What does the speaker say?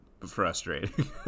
Frustrating